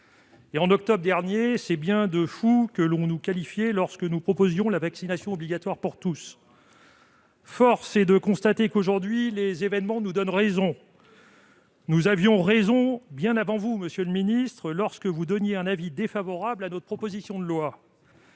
». En octobre dernier, c'est bien de fous que l'on nous qualifiait lorsque nous proposions la vaccination obligatoire pour tous. Force est de constater, aujourd'hui, que les événements nous donnent raison. Nous avions raison bien avant vous, monsieur le ministre, vous qui étiez défavorable à notre proposition de loi.